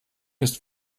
ist